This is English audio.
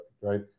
right